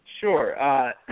Sure